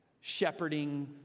Shepherding